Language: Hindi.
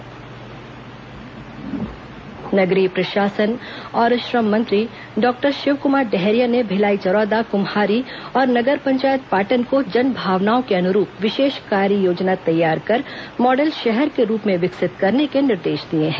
मॉडल शहर नगरीय प्रशासन और श्रम मंत्री डॉक्टर शिवकुमार डहरिया ने भिलाई चरौदा कुम्हारी और नगर पंचायत पाटन को जनभावनाओं के अनुरूप विशेष कार्ययोजना तैयार कर मॉडल शहर के रूप में विकसित करने के निर्देश दिए हैं